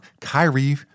Kyrie